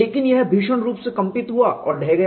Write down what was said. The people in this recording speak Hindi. लेकिन यह भीषण रूप से कंपित हुआ और ढह गया